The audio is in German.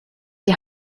die